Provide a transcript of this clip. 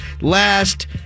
last